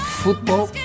football